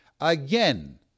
Again